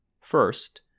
First